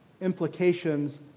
implications